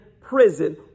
prison